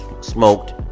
smoked